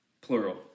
Plural